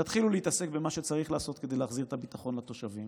תתחילו להתעסק במה שצריך לעשות כדי להחזיר את הביטחון לתושבים